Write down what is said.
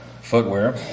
footwear